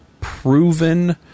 proven